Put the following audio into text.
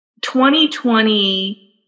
2020